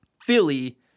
Philly